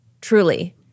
Truly